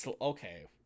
okay